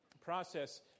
process